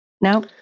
No